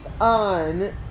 on